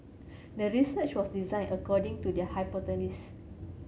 the research was designed according to the hypothesis